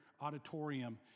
auditorium